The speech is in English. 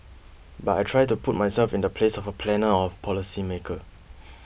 but I try to put myself in the place of a planner or a policy maker